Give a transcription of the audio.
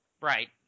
Right